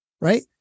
Right